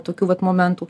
tokių vat momentų